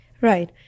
Right